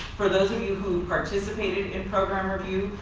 for those of you who participated in program review,